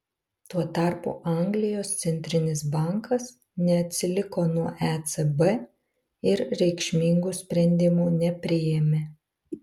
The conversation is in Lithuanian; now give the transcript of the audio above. tuo tarpu anglijos centrinis bankas neatsiliko nuo ecb ir reikšmingų sprendimų nepriėmė